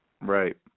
right